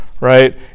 Right